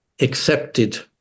Accepted